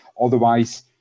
Otherwise